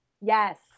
Yes